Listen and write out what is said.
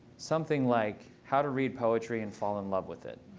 something like how to read poetry and fall in love with it.